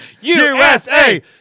USA